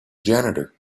janitor